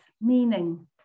meaning